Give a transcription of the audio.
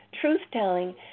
truth-telling